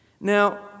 Now